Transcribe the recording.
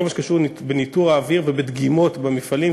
כל מה שקשור לניטור האוויר ולדגימות במפעלים,